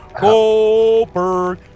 Goldberg